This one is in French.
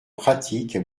pratiques